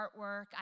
artwork